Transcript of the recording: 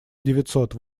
девятьсот